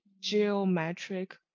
geometric